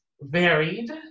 varied